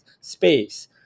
space